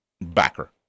backer